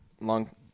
long